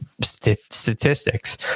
statistics